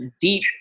deep